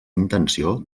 intenció